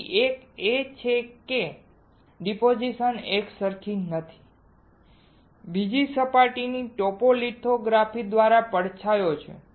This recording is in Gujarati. તેથી એક એ છે કે ડીપોઝીશન એકસરખી નથી બીજી સપાટીની ટોપોગ્રાફી દ્વારા પડછાયો છે